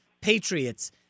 Patriots